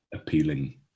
Appealing